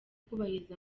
kubahiriza